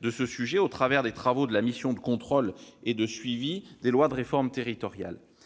du sujet au travers des travaux de la mission de contrôle et de suivi des lois de réforme territoriale.